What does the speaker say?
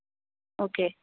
okay